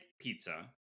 pizza